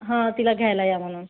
हा तिला घ्यायला या म्हणून